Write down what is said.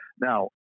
Now